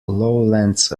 lowlands